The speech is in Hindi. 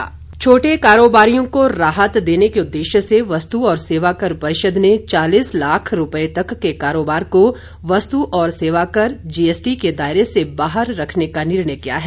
जीएसटी छोटे कारोबारियों को राहत देने के उद्देश्य से वस्तु और सेवाकर परिषद ने चालीस लाख रूपये तक के कारोबार को वस्तु और सेवाकर जी एस टी के दायरे से बाहर रखने का निर्णय किया है